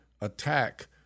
attack